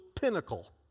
pinnacle